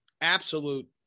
absolute